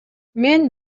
мен